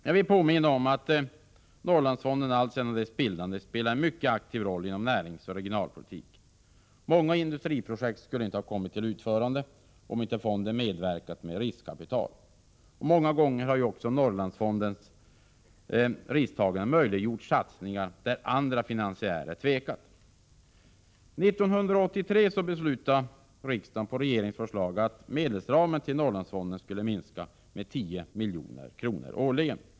Jag vill påminna om att Norrlandsfonden alltsedan bildandet spelat en mycket aktiv roll inom näringsoch regionalpolitik. Många industriprojekt skulle inte ha kommit till utförande om inte fonden medverkat med riskkapital. Många gånger har Norrlandsfondens risktagande också möjliggjort satsningar där andra finansiärer tvekat. År 1983 beslutade riksdagen på regeringens förslag att medelsramen för Norrlandsfonden skulle minska med 10 milj.kr. årligen.